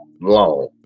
long